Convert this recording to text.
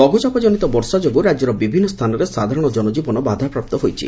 ଲଘୁଚାପଜନିତ ବର୍ଷା ଯୋଗୁଁ ରାକ୍ୟର ବିଭିନ୍ନ ସ୍ଥାନରେ ସାଧାରଣ ଜନକୀବନ ବାଧାପ୍ରାପ୍ତ ହୋଇଛି